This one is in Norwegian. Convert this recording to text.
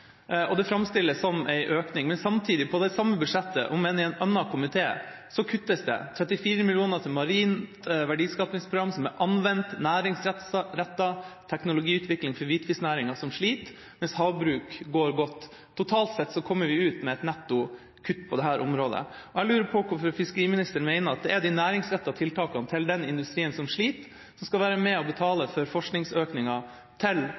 Og det framstilles som en økning. Samtidig på det samme budsjettet, om enn i en annen komité, kuttes det 34 mill. kr til marint verdiskapingsprogram, som er anvendt, næringsrettet teknologiutvikling for en hvitfisknæring som sliter. Mens havbruk går godt. Totalt sett kommer vi ut med et netto kutt på dette området. Jeg lurer på hvorfor fiskeriministeren mener at det er de næringsrettede tiltakene til den industrien som sliter, som skal være med og betale for forskningsøkninga til